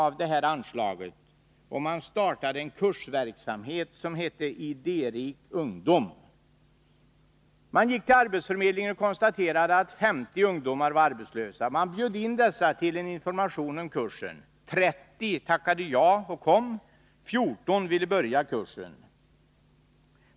av det här anslaget och startade en kursverksamhet som hette ”idérik ungdom”. Man gick till arbetsförmedlingen och konstaterade att 50 ungdomar var arbetslösa. Man bjöd in dessa till en information om kursen. 30 tackade ja och kom. 14 ville börja kursen.